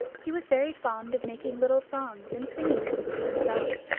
he was very fond of making little songs, and singing them to himself.